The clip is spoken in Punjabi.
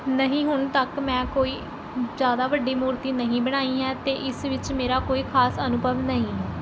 ਨਹੀਂ ਹੁਣ ਤੱਕ ਮੈਂ ਕੋਈ ਜ਼ਿਆਦਾ ਵੱਡੀ ਮੂਰਤੀ ਨਹੀਂ ਬਣਾਈ ਹੈ ਅਤੇ ਇਸ ਵਿੱਚ ਮੇਰਾ ਕੋਈ ਖਾਸ ਅਨੁਭਵ ਨਹੀਂ ਹੈ